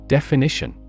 Definition